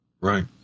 Right